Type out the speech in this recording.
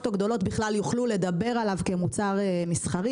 או גדולות בכלל יוכלו לדבר עליו כמוצר מסחרי.